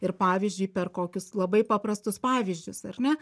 ir pavyzdžiui per kokius labai paprastus pavyzdžius ar ne